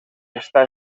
està